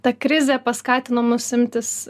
ta krizė paskatino mus imtis